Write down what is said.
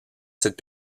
cette